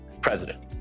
president